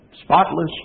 spotless